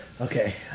Okay